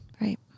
Right